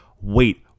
wait